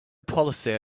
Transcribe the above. policy